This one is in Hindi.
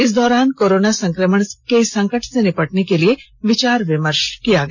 इस दौरान कोरोना संक्रमण के संकट से निबटने को लिए विचार विमर्श किया गया